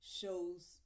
shows